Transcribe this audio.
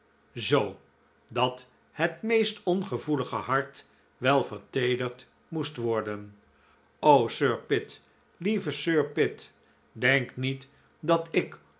zoo dat het meest ongevoelige hart wel verteederd moest worden o sir pitt lieve sir pitt denk niet dat ik